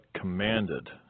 commanded